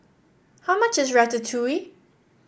how much is Ratatouille